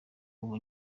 ubu